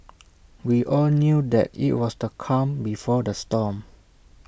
we all knew that IT was the calm before the storm